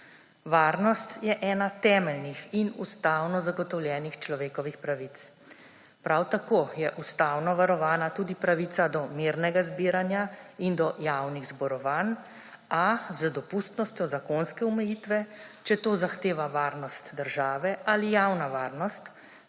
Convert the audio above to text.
Varnost je ena temeljnih in ustavno zagotovljenih človekovih pravic. Prav tako je ustavno varovana tudi pravica do mirnega zbiranja in do javnih zborovanj, a z dopustnostjo zakonske omejitve, če to zahteva varnost države ali javna varnost